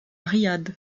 riyad